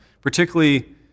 Particularly